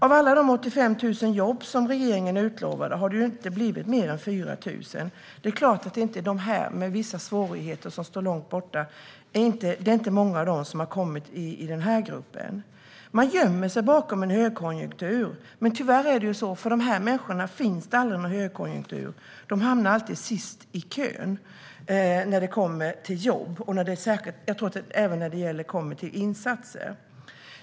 Av de 85 000 jobb som regeringen utlovade har det inte blivit mer än 4 000. Det är klart att inte många av dem med vissa svårigheter och som står långt från arbetsmarknaden är med i den gruppen. Man gömmer sig bakom en högkonjunktur, men för dessa människor finns det tyvärr aldrig någon högkonjunktur. De hamnar alltid sist i kön när det kommer till både jobb och insatser.